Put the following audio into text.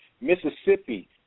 Mississippi